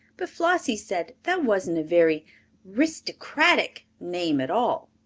but flossie said that wasn't a very ristocratic name at all.